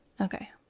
Okay